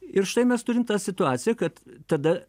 ir štai mes turim tą situaciją kad tada